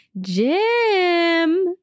Jim